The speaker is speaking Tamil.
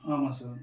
ஆமாம் சார்